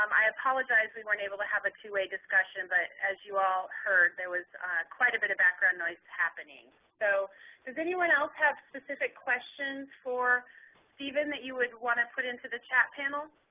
um i apologize we weren't able to have a two-way discussion, but, as you all heard, there was quite a bit of background noise happening. so does anyone else have specific questions for stephen that you would want to put into the chat panel?